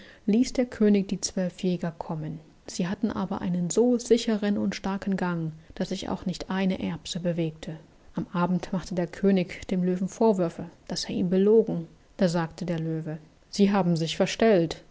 ließ der könig die zwölf jäger kommen sie hatten aber einen so sichern und starken gang daß sich auch nicht eine erbse bewegte am abend machte der könig dem löwen vorwürfe daß er ihn belogen da sagte der löwe sie haben sich verstellt